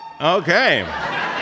okay